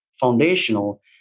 foundational